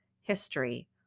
history